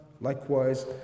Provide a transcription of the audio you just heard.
likewise